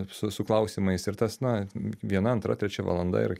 su su klausimais ir tas na viena antra trečia valanda ir